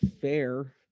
fair